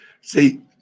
see